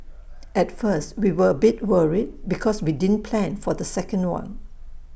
at first we were A bit worried because we didn't plan for the second one